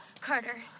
Carter